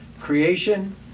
creation